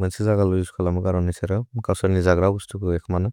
मन्से जग्रौ उस्कल मगरौ निसेरौ, कसने जग्रौ स्तुक एक्मन।